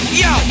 yo